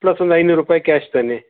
plus ಒಂದು ಐನೂರು ರೂಪಾಯಿ ಕ್ಯಾಶ್ ತನ್ನಿ